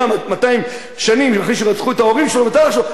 200 שנים אחרי שרצחו את ההורים שלו ואת אח שלו,